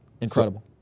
Incredible